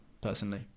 personally